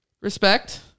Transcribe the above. Respect